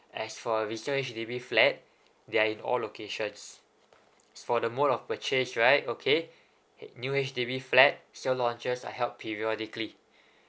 as for resale H_D_B flat they are in all locations for the mode of purchase right okay it new H_D_B flat sell launches are held periodically